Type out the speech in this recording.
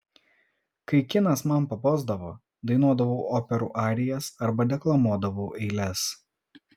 kai kinas man pabosdavo dainuodavau operų arijas arba deklamuodavau eiles